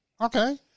Okay